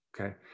Okay